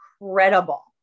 incredible